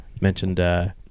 mentioned